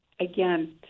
Again